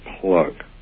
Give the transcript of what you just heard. plug